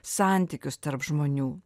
santykius tarp žmonių